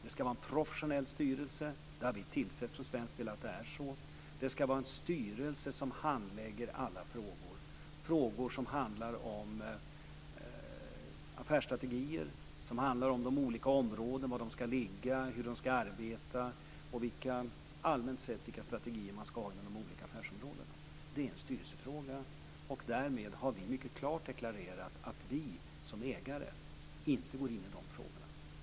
Det ska vara en professionell styrelse. Vi har från svensk sida tillsett att det är så. Det ska vara en styrelse som handlägger alla frågor, frågor som handlar om affärsstrategier, om var de olika affärsområdena ska ligga, om hur de ska arbeta och om vilka strategier man allmänt sett ska ha inom de olika affärsområdena. Dessa frågor är styrelsefrågor, och därmed har vi mycket klart deklarerat att vi som ägare inte går in i de frågorna.